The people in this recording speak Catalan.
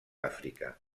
àfrica